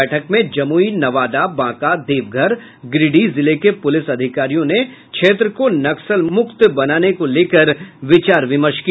बैठक में जमुई नवादा बांका देवघर गिरिडीह जिले के पुलिस अधिकारियों ने क्षेत्र को नक्सलमुक्त बनाने को लेकर विचार विमर्श किया